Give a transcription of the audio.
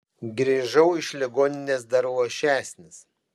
grįžau iš ligoninės dar luošesnis